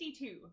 52